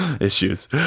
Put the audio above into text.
issues